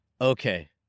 Okay